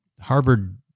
Harvard